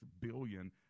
billion